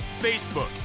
Facebook